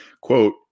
quote